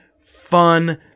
fun